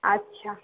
আচ্ছা